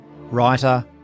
writer